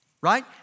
right